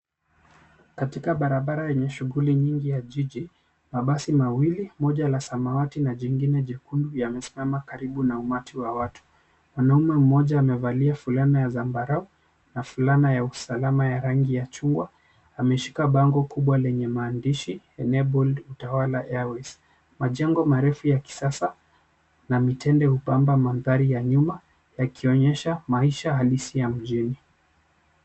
Katika barabara yenye shughuli nyingi ya jiji. Mabasi mawili, moja la samawati na jingine jekundu, yamesimama karibu na umati wa watu. Mwanaume mmoja amevalia fulana ya zamarau na fulana ya usalama ya rangi ya chungwa, ameshika bango kubwa lenye maandishi enabled utawala airways . Majengo marefu ya kisasa na mitende hupamba maanthari ya nyuma, yakionyesha maisha halisi ya mjini.